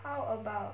how about